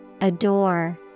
Adore